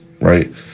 right